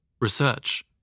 Research